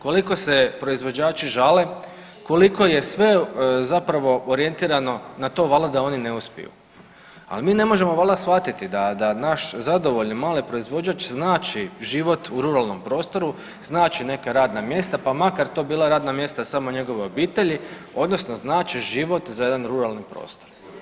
Koliko se proizvođači žale, koliko je sve zapravo orijentirano na to valjda da oni ne uspiju, a mi ne možemo valjda shvatiti da naš zadovoljni mali proizvođač znači život u ruralnom prostoru, znači neka radna mjesta pa makar to bila radna mjesta samo njegove obitelji odnosno znači život za jedan ruralni prostor.